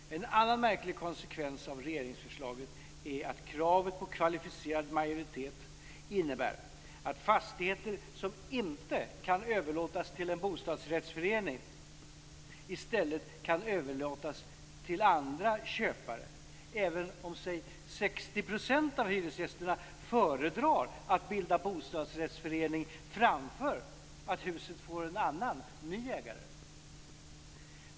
En annan märklig konsekvens av regeringsförslaget är att kravet på kvalificerad majoritet innebär att fastigheter som inte kan överlåtas till en bostadsrättsförening i stället kan överlåtas till andra köpare, även om 60 % av hyresgästerna föredrar att bilda bostadsrättsförening framför att huset får en annan, ny ägare.